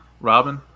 Robin